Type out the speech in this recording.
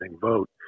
vote